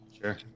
sure